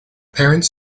parents